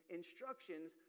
instructions